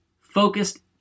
focused